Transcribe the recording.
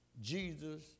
Jesus